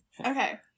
Okay